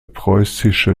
preußische